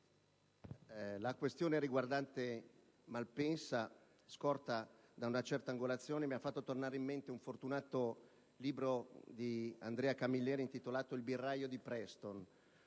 la questione riguardante Malpensa, scorta da una certa angolazione, mi ha fatto tornare in mente un fortunato libro di Andrea Camilleri intitolato: «Il birraio di Preston».